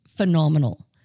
Phenomenal